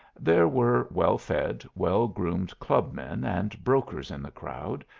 there were well-fed, well-groomed club-men and brokers in the crowd,